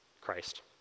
Christ